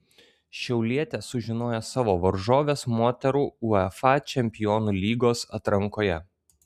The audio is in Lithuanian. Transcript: šiaulietės sužinojo savo varžoves moterų uefa čempionų lygos atrankoje